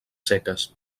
seques